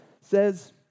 says